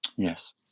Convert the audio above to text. Yes